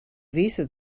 visa